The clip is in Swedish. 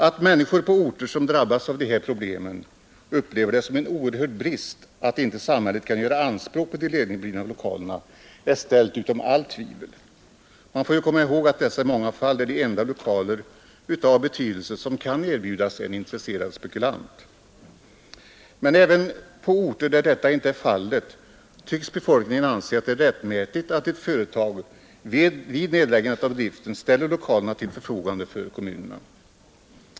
Att människor på orter som drabbats av de här problemen upplever det som en oerhörd brist att inte samhället kan göra anspråk på de ledigblivna lokalerna är ställt utom allt tvivel. Man får komma ihäg att dessa i många fall är de enda lokaler av betydelse som kan erbjudas en intresserad spekulant. Men även på orter där detta inte är fallet tycks befolkningen anse att det är rättmätigt att ett företag vid nedläggandet av driften ställer lokalerna till förfogande för kommunerna.